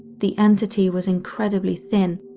the entity was incredibly thin,